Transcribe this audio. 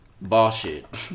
Bullshit